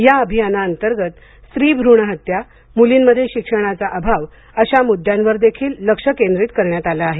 या अभियानाअंतर्गत स्त्रीभ्रूण हत्या मुलींमध्ये शिक्षणाचा अभाव अशा मुद्द्यांवर देखील लक्ष केंद्रित करण्यात आलं आहे